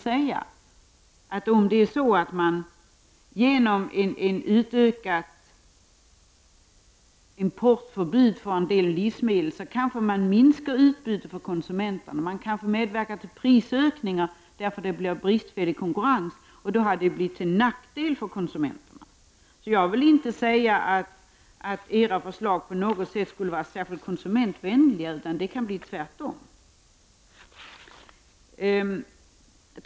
Det kan tvärtom sägas att man genom ett utökat importförbud för en del livsmedel kanske minskar utbudet för konsumenterna och medverkar till prisökningar, eftersom det blir bristfällig konkurrens. Då har bestämmelserna blivit till nackdel för konsumenterna. Jag vill inte säga att era förslag på något sätt skulle vara konsumentvänliga. Det kan bli tvärtom.